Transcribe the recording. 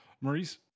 Maurice